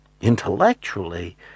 intellectually